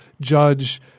judge